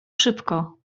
szybko